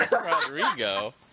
Rodrigo